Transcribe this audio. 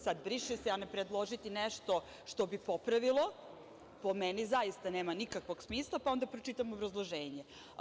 E, sad briše se, a ne predložiti nešto što bi popravilo, po meni zaista nema nikakvog smisla, pa onda pročitamo obrazloženje.